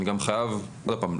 אני גם חייב עוד פעם,